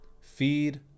Feed